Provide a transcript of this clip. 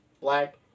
black